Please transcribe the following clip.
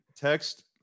text